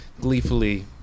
gleefully